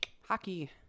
hockey